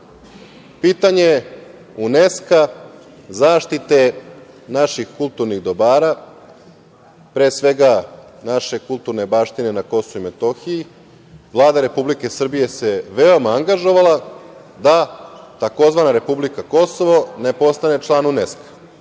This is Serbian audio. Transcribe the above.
pitanje UNESK-a, zaštite naših kulturnih dobara, pre svega naše kulturne baštine na KiM. Vlada Republike Srbije se veoma angažovala da tzv. republika Kosovo ne postane član UNESK-a